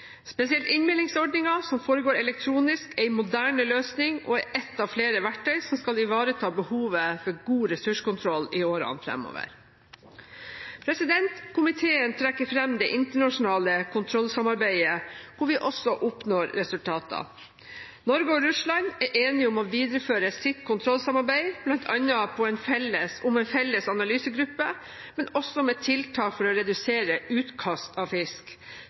Spesielt innmeldingsordningen, som foregår elektronisk, er en moderne løsning og ett av flere verktøy som skal ivareta behovet for god ressurskontroll i årene framover. Komiteen trekker fram det internasjonale kontrollsamarbeidet, hvor vi også oppnår resultater. Norge og Russland er enige om å videreføre sitt kontrollsamarbeid, bl.a. om en felles analysegruppe, men også med tiltak for å redusere utkast av fisk